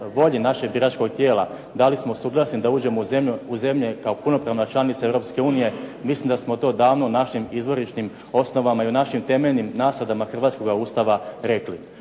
volji našeg biračkog tijela da li smo suglasni da uđemo u zemlje kao punopravna članica Europske unije mislim da smo to davno u našim izvorišnim osnovama i u našim temeljnim nasadama hrvatskoga Ustava rekli.